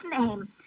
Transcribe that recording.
name